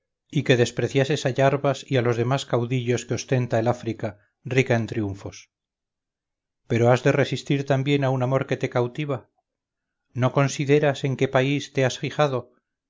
y que despreciases a iarbas y a los demás caudillos que ostenta el áfrica rica en triunfos pero has de resistir también a un amor que te cautiva no consideras en qué país te has fijado